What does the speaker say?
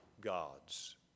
God's